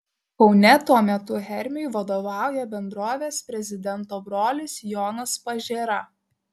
kaune tuo metu hermiui vadovauja bendrovės prezidento brolis jonas pažėra